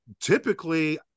typically